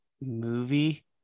movie